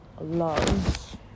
love